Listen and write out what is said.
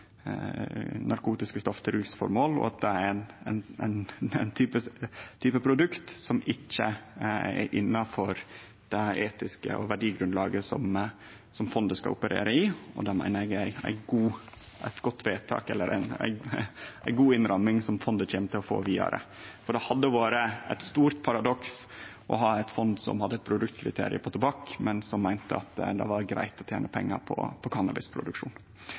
narkotiske stoff til rusformål, at det er ein type produkt som ikkje er innanfor det etiske verdigrunnlaget som fondet skal operere i. Det meiner eg er ei god innramming, som fondet kjem til å få vidare. Det hadde vore eit stort paradoks om ein hadde eit fond som hadde eit produktkriterium for tobakk, men som meinte at det var greitt å tene pengar på cannabisproduksjon. Når vi no ser framover på